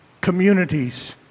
Communities